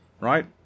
right